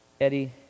Eddie